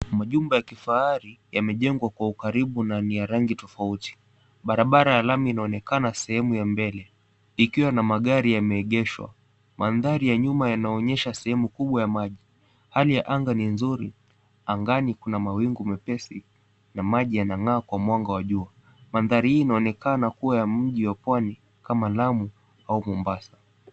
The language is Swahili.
Majumba ya kifahari yamejengwa kwa ukaribu na ni ya rangi tofauti. Barabara ya lami inaonekana sehemu ya mbele ikiwa na magari yameegeshwa. Mandhari ya nyuma yanaonyesha sehemu kubwa ya maji. Hali ya anga ni nzuri. Angani kuna mawingu mepesi na maji yanang'aa kwa mwanga wa jua. Mandari hii inaonekana kuwa ya mji wa pwani kama Lamu au Mombasa.